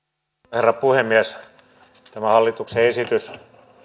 herra puhemies tämä hallituksen esitys